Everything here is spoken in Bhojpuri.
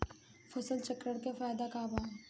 फसल चक्रण के फायदा का बा?